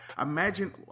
Imagine